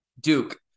Duke